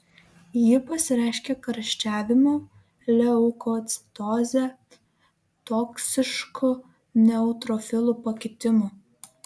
ji pasireiškia karščiavimu leukocitoze toksišku neutrofilų pakitimu